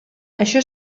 això